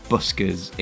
buskers